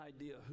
idea